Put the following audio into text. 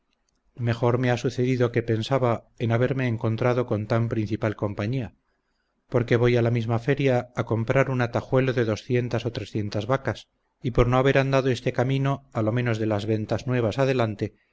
mejor me ha sucedido que pensaba en haberme encontrado con tan principal compañía porque voy a la misma feria a comprar un atajuelo de doscientas o trescientas vacas y por no haber andado este camino a lo menos de las ventas nuevas adelante